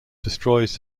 destroys